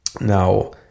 Now